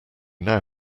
now